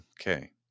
Okay